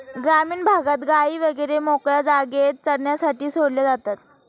ग्रामीण भागात गायी वगैरे मोकळ्या जागेत चरण्यासाठी सोडल्या जातात